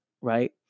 right